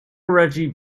reggie